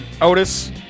Otis